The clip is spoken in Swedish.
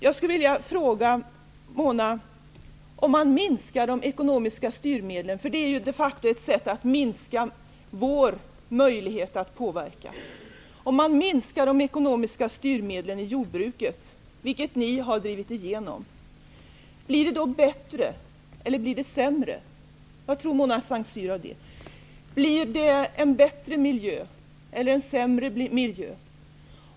Jag skulle vilja fråga Mona Saint Cyr: Om man minskar de ekonomiska styrmedlen -- det är ju de facto ett sätt att minska vår möjlighet att påverka -- i jordbruket, vilket ni har drivit igenom, blir miljön då bättre eller sämre? Vad tror Mona Saint Cyr om det?